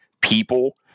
people